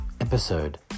episode